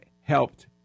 helped